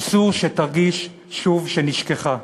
אסור שתרגיש שוב שנשכחה.